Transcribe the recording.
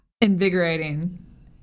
invigorating